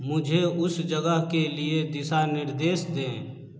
मुझे उस जगह के लिए दिशानिर्देश दें